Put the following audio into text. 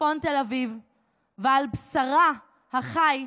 בצפון תל אביב ועל בשרה החי,